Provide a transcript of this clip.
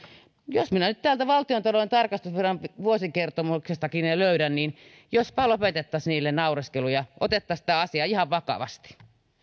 jos minä nyt täältä valtiontalouden tarkastusviraston vuosikertomuksestakin ne löydän niin jospa lopetettaisiin niille naureskelu ja otettaisiin tämä asia ihan vakavasti